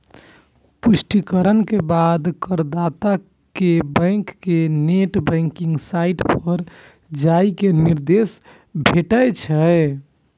पुष्टिकरण के बाद करदाता कें बैंक के नेट बैंकिंग साइट पर जाइ के निर्देश भेटै छै